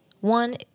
One